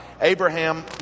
Abraham